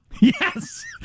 Yes